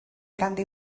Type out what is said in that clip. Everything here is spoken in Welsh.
ganddi